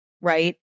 right